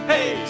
Hey